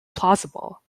plausible